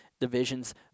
divisions